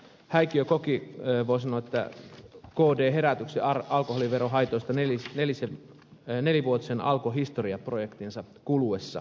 häikiö koki voi sanoa kd herätyksen alkoholiverohaitoista nelivuotisen alkon historia projektinsa kuluessa